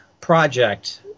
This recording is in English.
project